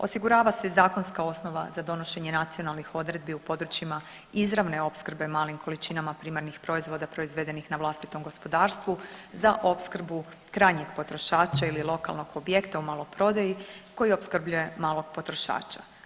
Osigurava se i zakonska osnova za donošenje nacionalnih odredbi u područjima izravne opskrbe malim količinama primarnih proizvoda proizvedenih na vlastitom gospodarstvu za opskrbu krajnjeg potrošača ili lokalnog objekta u maloprodaji koji opskrbljuje malog potrošača.